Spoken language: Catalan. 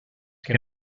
que